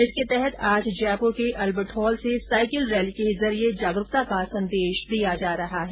इसके तहत आज अल्बर्ट हॉल से साईकिल रैली के जरिये जागरूकता का संदेश दिया जा रहा है